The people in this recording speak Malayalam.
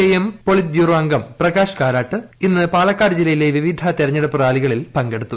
ഐഎം പോളിറ്റ് ബ്യുറോ അംഗം പ്രകാശ് കാരാട്ട് ഇന്ന് പാലക്കാട് ജില്ലയിലെ വിവിധ തെരെഞ്ഞെടുപ്പ് റാലികളിൽ പങ്കെടുത്തു